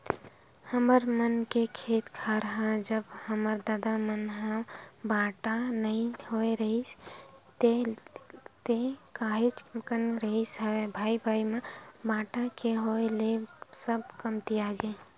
हमर मन के खेत खार ह जब हमर ददा मन ह बाटा नइ होय रिहिस हे ता काहेच कन रिहिस हे भाई भाई म बाटा के होय ले सब कमतियागे